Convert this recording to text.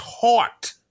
taught